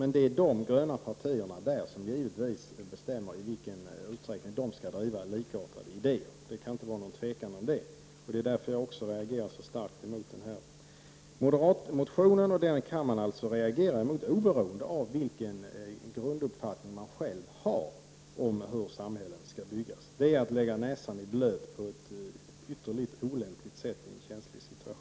Men det är de gröna partierna där som givetvis bestämmer i vilken utsträckning de skall driva likartade idéer. Det kan inte vara någon tvekan om den saken. Därför reagerar jag så starkt emot moderatmotionen, och kammaren har alltså reagerat emot den oberoende av vilken grunduppfattning man har om hur samhällen skall byggas. Det är att lägga näsan i blöt på ett ytterligt olämpligt sätt i en känslig situation.